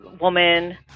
woman